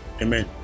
Amen